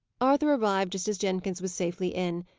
arthur arrived just as jenkins was safely in.